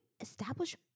establish